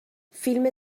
فیلم